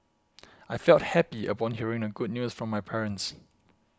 I felt happy upon hearing the good news from my parents